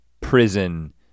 prison